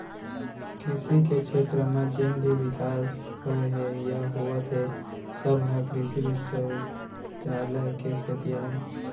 कृसि के छेत्र म जेन भी बिकास होए हे या होवत हे सब ह कृसि बिस्वबिद्यालय के सेती अय